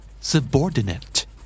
Subordinate